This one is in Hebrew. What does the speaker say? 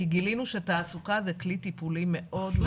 גילינו שתעסוקה זה כלי טיפולי מאוד מאוד טוב.